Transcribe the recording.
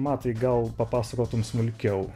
matai gal papasakotum smulkiau